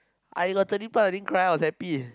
I got thirty plus I didn't cry I was happy